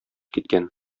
киткән